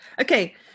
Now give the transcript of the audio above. Okay